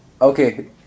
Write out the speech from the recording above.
Okay